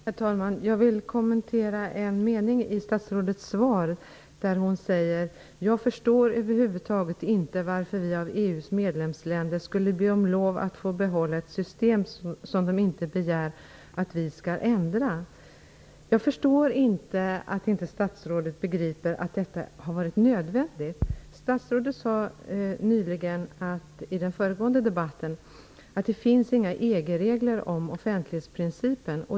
Herr talman! Jag vill kommentera en mening i statsrådets svar. Statsrådet säger: ''Jag förstår över huvud taget inte varför vi av EU:s medlemsländer skulle be om lov att få behålla ett system som de inte begär att vi skall ändra.'' Jag förstår inte att statsrådet inte begriper att detta har varit nödvändigt. Statsrådet sade i den föregående debatten i dag att det inte finns några EG-regler om offentlighetsprincipen.